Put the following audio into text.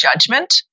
judgment